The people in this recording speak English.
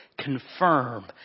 confirm